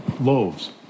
loaves